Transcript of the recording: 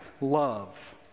love